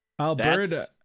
Alberta